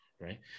right